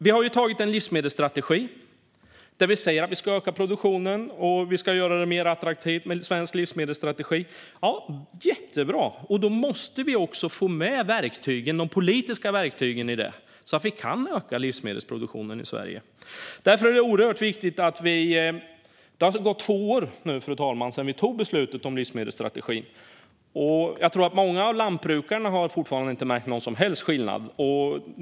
Vi har antagit en livsmedelsstrategi där vi säger att vi ska öka produktionen och göra det mer attraktivt med svenska livsmedel. Jättebra! Då måste vi också få med de politiska verktygen i detta så att vi kan öka livsmedelsproduktionen i Sverige. Det har nu gått två år, fru talman, sedan vi tog beslutet om livsmedelsstrategin. Jag tror att många av lantbrukarna fortfarande inte har märkt någon som helst skillnad.